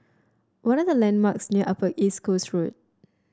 what are the landmarks near Upper East Coast Road